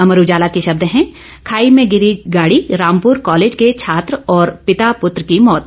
अमर उजाला के शब्द हैं खाई में गिरी गाड़ी रामपुर कालेज के छात्र और पिता पूत्र की मौत